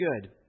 good